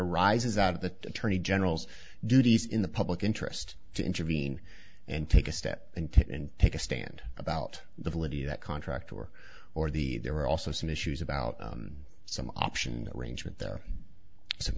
arises out of the attorney general's duties in the public interest to intervene and take a step and to take a stand about the validity of that contract or or the there are also some issues about some option arrangement there some